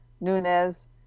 Nunez